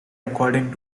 according